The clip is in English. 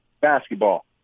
basketball